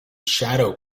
shadow